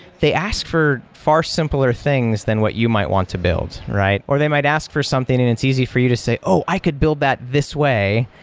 they ask for far simpler things than what you might want to build, or they might ask for something and it's easy for you to say, oh, i could build that this way,